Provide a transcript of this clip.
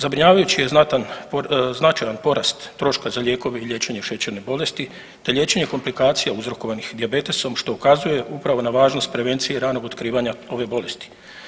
Zabrinjavajući je znatan, značajan porast troška za lijekove i liječenje šećerne bolesti, te liječenje komplikacija uzrokovanih dijabetesom, što ukazuje upravo na važnost prevencije ranog otkrivanja ove bolesti.